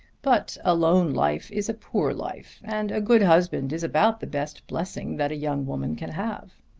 but a lone life is a poor life, and a good husband is about the best blessing that a young woman can have.